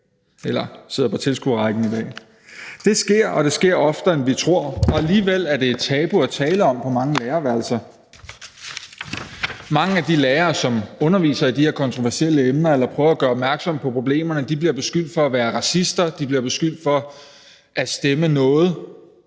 salen i dag på tilskuerrækkerne. Det sker, og det sker oftere, end vi tror, og alligevel er det et tabu at tale om på mange lærerværelser. Mange af de lærere, som underviser i de her kontroversielle emner eller prøver at gøre opmærksom på problemerne, bliver beskyldt for at være racister. De bliver beskyldt for at stemme noget